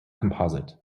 composite